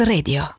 Radio